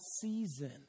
season